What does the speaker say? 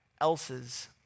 else's